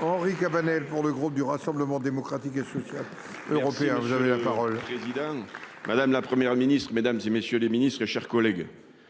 Henri Cabanel pour le groupe du Rassemblement démocratique et social européen avez la parole. Président. Madame, la Première Ministre Mesdames et messieurs les Ministres, chers collègues.